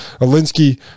Alinsky